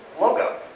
logo